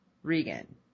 Regan